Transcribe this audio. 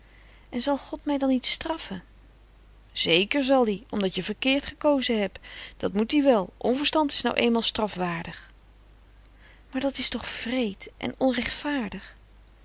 en zal god mij dan niet straffen zeker zal ie omdat je verkeerd gekozen heb dat frederik van eeden van de koele meren des doods moet ie wel onverstand is nou eenmaal strafwaardig maar dat is toch wreed en onrechtvaardig